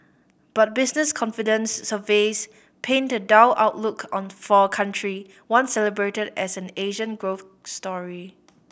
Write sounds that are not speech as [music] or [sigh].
but business confidence surveys paint a dull outlook on [unintelligible] for a country once celebrated as an Asian growth story